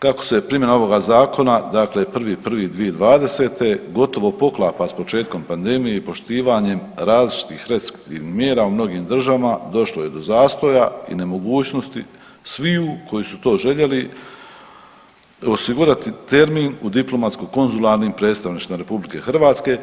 Kako se primjena ovoga zakona dakle 1.1.2020. gotovo poklapa s početkom pandemije i poštivanjem različitih restriktivnih mjera u mnogim državama došlo je do zastoja i nemogućnosti sviju koji su to željeli osigurati termin u diplomatsko-konzularnim predstavništvima RH